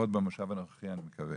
עוד במושב הנוכחי, אני מקווה,